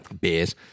beers